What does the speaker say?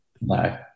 No